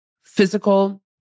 physical